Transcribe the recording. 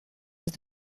est